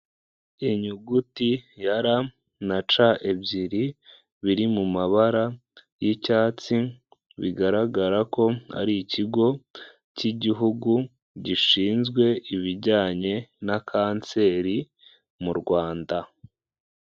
Inyuguti ya ra na ca ebyiri, biri mu mabara y'icyatsi, bigaragara ko ari ikigo cy' igihugu gishinzwe ibijyanye na kanseri mu Rwanda.